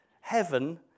Heaven